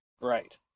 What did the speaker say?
Right